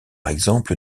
exemple